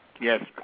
Yes